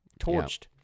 Torched